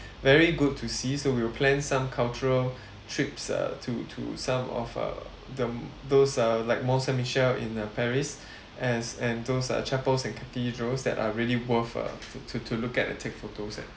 very good to see so we will plan some cultural trips uh to to some of uh the those uh like mont-saint-michel in uh paris as and those are chapels and cathedrals that are really worth uh to to to look at and take photos at